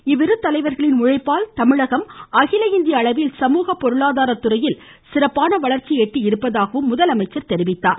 இவ்விரு தலைவர்களின் உழைப்பால் தமிழகம் அகிலஇந்திய அளவில் சமூகப் பொருளாதார துறையில் சிறப்பான வளர்ச்சியை எட்டி இருப்பதாகவும் தெரிவித்தார்